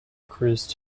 cruise